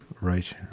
Right